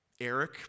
Eric